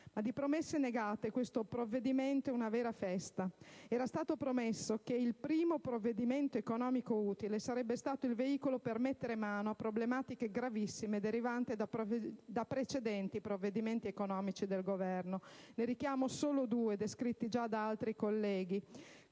Ma di promesse negate questo provvedimento è una vera festa. Era stato promesso che il primo provvedimento economico utile sarebbe stato il veicolo per mettere mano a problematiche gravissime, derivanti da precedenti provvedimenti economici del Governo. Ricordo solo il blocco delle